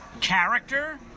character